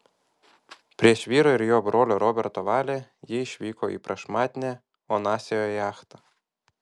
prieš vyro ir jo brolio roberto valią ji išvyko į prašmatnią onasio jachtą